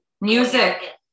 Music